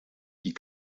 die